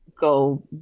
go